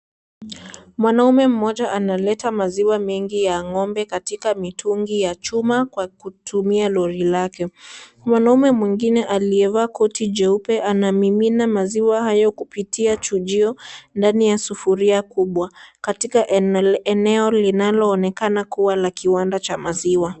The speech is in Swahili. Mwanamme mmoja analeta maziwa mengi ya ng'ombe katika mitungi ya chuma kwa kutumia lori lake. Mwanaume mwingine aliyevaa koti jeupe, anamimina maziwa hayo kupitia chujio, ndani ya sufuria kubwa katika eneo linalo onekana kuwa kiwanda cha maziwa.